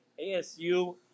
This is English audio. ASU